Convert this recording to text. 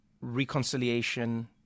reconciliation